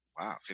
Wow